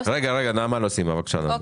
רגע, נעמה לא סיימה, בבקשה נעמה.